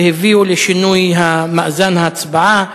שהביא לשינוי מאזן ההצבעה.